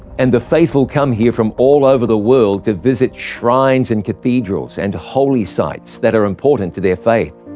and the faithful come here from all over the world to visit shrines and cathedrals and holy sites that are important to their faith.